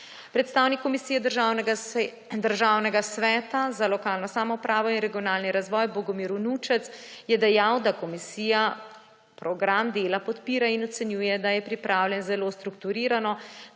Predstavnik Komisije Državnega sveta za lokalno samoupravo in regionalni razvoj Bogomir Vnučec je dejal, da komisija program dela podpira in ocenjuje, da je pripravljen zelo strukturirano